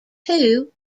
two